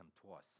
twice